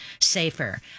safer